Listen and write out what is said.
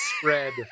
spread